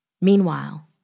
Meanwhile